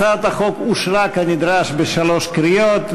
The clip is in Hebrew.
הצעת החוק אושרה כנדרש בשלוש קריאות.